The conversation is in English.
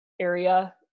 area